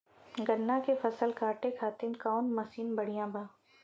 गन्ना के फसल कांटे खाती कवन मसीन बढ़ियां बा?